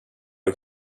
och